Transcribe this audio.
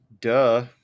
duh